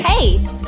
Hey